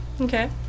Okay